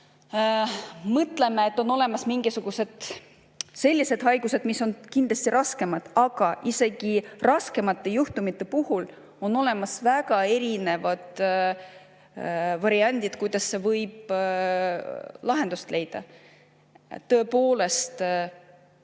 mõtleme, et on olemas mingisugused sellised haigused, mis on kindlasti raskemad, aga isegi raskemate juhtumite puhul on olemas väga erinevad variandid, kuidas võib lahenduse leida. Tõepoolest,